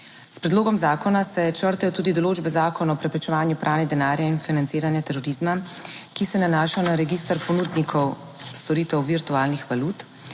S predlogom zakona se črtajo tudi določbe Zakona o preprečevanju pranja denarja in financiranja terorizma, ki se nanaša na register ponudnikov storitev virtualnih valut,